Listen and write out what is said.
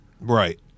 right